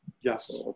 yes